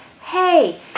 Hey